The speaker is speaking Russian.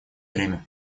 время